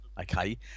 Okay